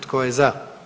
Tko je za?